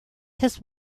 his